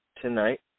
tonight